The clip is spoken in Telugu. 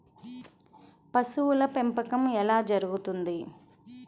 పశువుల పెంపకం ఎలా జరుగుతుంది?